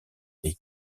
est